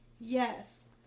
yes